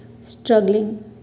struggling